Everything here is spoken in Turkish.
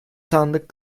sandık